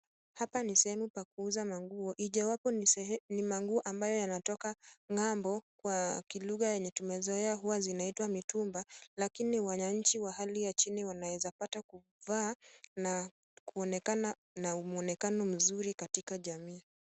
Hapa ni sehemu pa kuuza manguo, ijawapo ni manguo ambayo yanatoka ng'ambo kwa kilugha yenye tumezoea huwa zinaitwa mitumba , lakini wananchi wa hali ya chini wanaweza pata kuvaa na kuonekana na muonekano mzuri katika jamii.